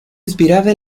inspirada